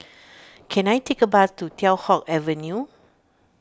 can I take a bus to Teow Hock Avenue